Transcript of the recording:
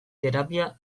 terapia